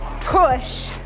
Push